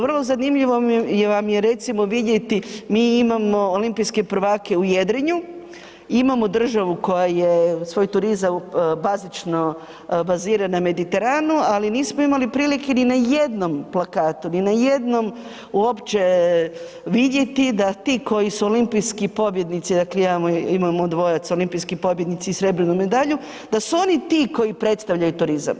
Vrlo zanimljivo mi je, vam je recimo vidjeti mi imamo olimpijske prvake u jedrenju, imamo državu koja je svoj turizam bazično bazira na Mediteranu, ali nismo imali prilike ni na jednom plakatu, ni na jednom uopće vidjeti da ti koji su olimpijski pobjednici, dakle imamo dvojac olimpijski pobjednici i srebrnu medalju, da su oni ti koji predstavljaju turizam.